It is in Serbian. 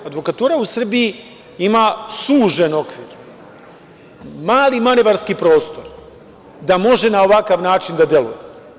Advokatura u Srbiji ima sužen, mali manevarski prostor, da može na ovakav način da deluje.